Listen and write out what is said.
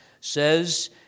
says